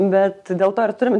bet dėl to ir turim